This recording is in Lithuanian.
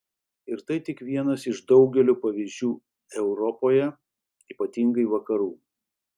ir tai tik vienas iš daugelio pavyzdžių europoje ypatingai vakarų